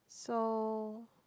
so